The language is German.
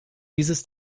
dieses